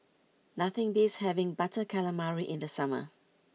nothing beats having Butter Calamari in the summer